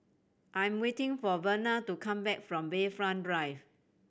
I'm waiting for Verna to come back from Bayfront Drive